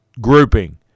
grouping